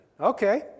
Okay